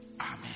Amen